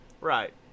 Right